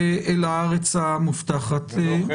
אנחנו נמצאים רגע לאחר חג הסוכות ויום שמיני